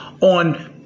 on